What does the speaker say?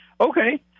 Okay